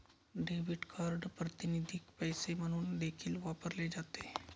debit card प्रातिनिधिक पैसे म्हणून देखील वापरले जाते